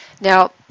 Now